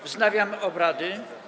Wznawiam obrady.